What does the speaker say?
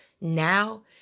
now